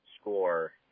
score